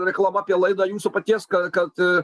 reklama apie laidą jūsų paties ka kad